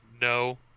no